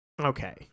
Okay